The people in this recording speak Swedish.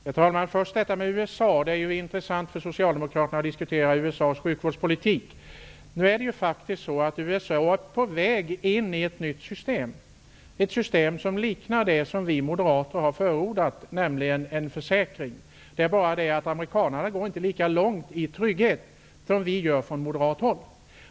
Herr talman! Först detta med USA. Det är intressant för socialdemokraterna att diskutera USA:s sjukvårdspolitik. Nu är faktiskt USA på väg in i ett nytt system. Det liknar det system som vi moderater har förordat, nämligen en försäkring. Men amerikanarna går inte lika långt i trygghet som vi gör från moderat håll.